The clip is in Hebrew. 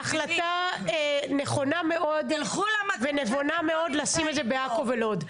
ההחלטה נכונה מאוד ונבונה מאוד לשים את זה בעכו ולוד.